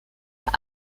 hpst